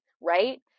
right